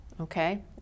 Okay